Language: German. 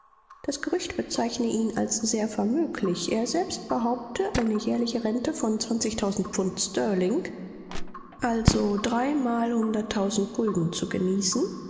das gerücht bezeichne ihn als sehr vermöglich er selbst behaupte eine jährliche rente von zwanzigtausend pfund sterling also dreimalhunderttausend gulden zu genießen